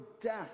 death